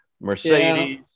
Mercedes